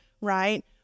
right